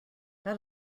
that